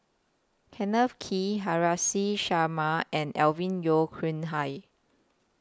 Kenneth Kee Haresh Sharma and Alvin Yeo Khirn Hai